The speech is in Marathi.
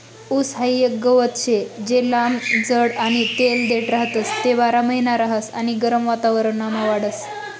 ऊस हाई एक गवत शे जे लंब जाड आणि तेले देठ राहतस, ते बारामहिना रहास आणि गरम वातावरणमा वाढस